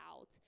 out